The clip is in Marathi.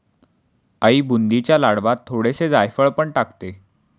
आई बुंदीच्या लाडवांत थोडेसे जायफळ पण टाकते